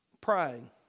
Praying